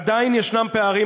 עדיין יש פערים,